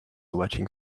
watching